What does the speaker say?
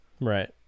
Right